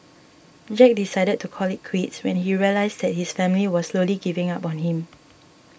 jack decided to call it quits when he realised that his family was slowly giving up on him